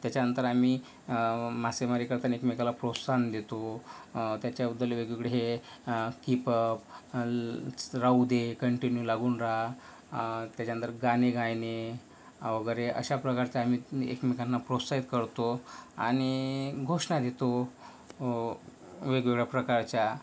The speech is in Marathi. त्याच्यानंतर आम्ही मासेमारी करताना एकमेकाला प्रोत्साहन देतो त्याच्याबद्दल वेगवेगळे हे कीप अप राहू दे कंटिन्यू लागून रहा त्याच्यानंतर गाणी गायने वगैरे अशा प्रकारचं आम्ही एकमेकांना प्रोत्साहित करतो आणि घोषणा देतो वेगवेगळ्या प्रकारच्या